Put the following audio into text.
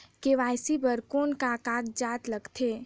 KYC बर कौन का कागजात लगथे?